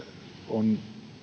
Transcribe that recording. on